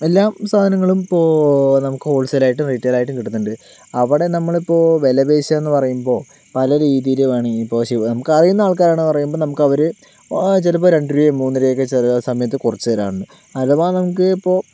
എല്ലാ സാധനങ്ങളും ഇപ്പോൾ നമുക്ക് ഹോൾസെലായിട്ടും റിറ്റൈൽ ആയിട്ടും കിട്ടുന്നുണ്ട് അവിടെ നമ്മളിപ്പോൾ വില പേശുകയെന്നു പറയുമ്പോൾ പല രീതിയിൽ വേണമെങ്കിലിപ്പോൾ ശിവ നമുക്ക് അറിയുന്നാൾക്കാരാണെന്നറിയുമ്പോൾ നമുക്കവർ ആ ചിലപ്പോ രണ്ടുരൂപയും മൂന്നുരൂപയും ഒക്കെ ചില സമയത്ത് കുറച്ചുതരാറുണ്ട് അഥവാ നമുക്ക് ഇപ്പോൾ